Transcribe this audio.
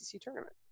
tournament